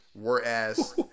Whereas